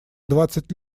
двадцать